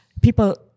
people